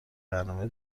برنامه